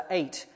eight